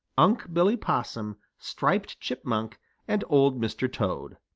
unc' billy possum, striped chipmunk and old mr. toad.